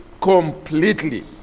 completely